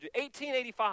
1885